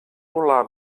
volar